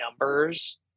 numbers